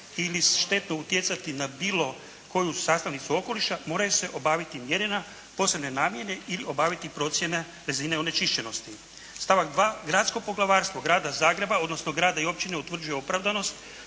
ili štetno utjecati na bilo koju sastavnicu okoliša moraju se obaviti mjerenja posebne namjene ili obaviti procjene razine onečišćenosti. Stavak 2. Gradsko poglavarstvo Grada Zagreba, odnosno grada i općine utvrđuje opravdanost